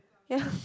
yeah